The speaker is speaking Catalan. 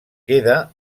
queda